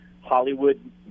Hollywood